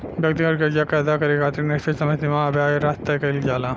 व्यक्तिगत कर्जा के अदा करे खातिर निश्चित समय सीमा आ ब्याज राशि तय कईल जाला